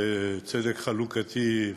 וצדק חלוקתי,